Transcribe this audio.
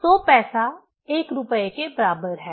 100 पैसा 1 रुपये के बराबर है